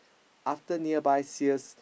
after nearby sales